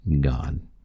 God